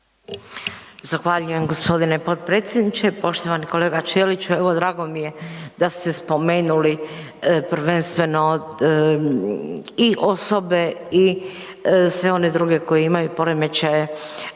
Zahvaljujem g. potpredsjedniče. Poštovani kolega Ćeliću, evo drago mi je da ste spomenuli prvenstveno i osobe i sve one druge koji imaju poremećaje